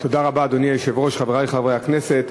אדוני היושב-ראש, תודה רבה, חברי חברי הכנסת,